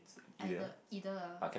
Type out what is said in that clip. either either lah